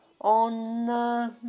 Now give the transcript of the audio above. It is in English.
on